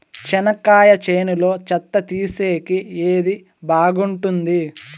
చెనక్కాయ చేనులో చెత్త తీసేకి ఏది బాగుంటుంది?